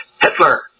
Hitler